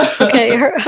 Okay